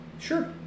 Sure